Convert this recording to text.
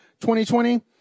2020